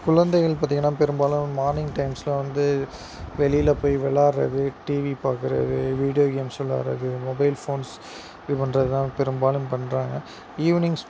குழந்தைகள் பார்த்தீங்கன்னா பெரும்பாலும் மார்னிங் டைம்ஸில் வந்து வெளியில் போய் விளையாட்றது டிவி பார்க்கறது வீடியோ கேம்ஸ் விளையாட்றது மொபைல் ஃபோன்ஸ் இது பண்ணுறதுதான் பெரும்பாலும் பண்ணுறாங்க ஈவினிங்ஸ்